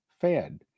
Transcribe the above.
fed